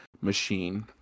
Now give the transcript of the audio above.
machine